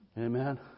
Amen